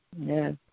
Yes